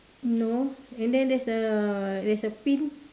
no and then there's a there's a pin